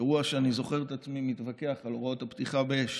אירוע שאני זוכר את עצמי מתווכח על הוראות הפתיחה באש